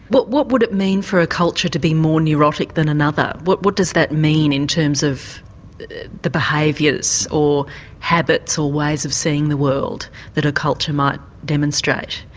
but what would it mean for a culture to be more neurotic than another? what what does that mean in terms of the behaviours or habits or ways of seeing the world that a culture might demonstrate?